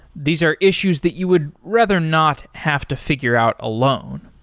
these are issues that you would rather not have to figure out alone.